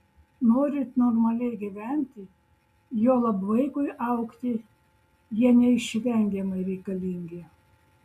norint normaliai gyventi juolab vaikui augti jie neišvengiamai reikalingi